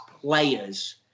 players